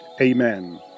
Amen